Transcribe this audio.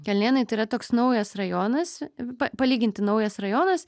kalnėnai tai yra toks naujas rajonas pa palyginti naujas rajonas